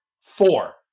four